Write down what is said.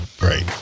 Right